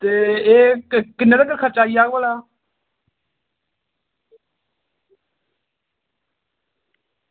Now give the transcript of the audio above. ते एह् किन्ने तगर खर्चा आई जाह्ग भला